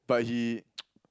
but he